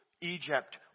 Egypt